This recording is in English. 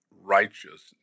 righteousness